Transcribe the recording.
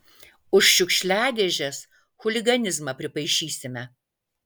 už šiukšliadėžes chuliganizmą pripaišysime